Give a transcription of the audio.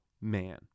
man